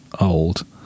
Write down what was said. old